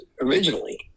originally